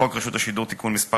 חוק רשות השידור (תיקון מס'